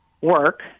work